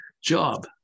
job